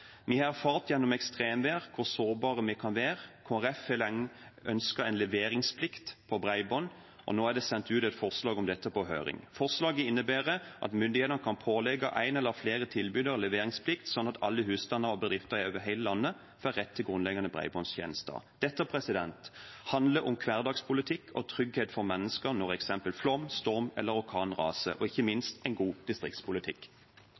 Vi har erfart gjennom ekstremvær hvor sårbare vi kan være. Kristelig Folkeparti har lenge ønsket en leveringsplikt på bredbånd, og nå er det sendt ut et forslag om dette på høring. Forslaget innebærer at myndighetene kan pålegge en eller flere tilbydere leveringsplikt, slik at alle husstander og bedrifter over hele landet får rett til grunnleggende bredbåndstjenester. Dette handler om hverdagspolitikk og trygghet for mennesker når f.eks. flom, storm eller orkan raser, og er ikke minst en god distriktspolitikk.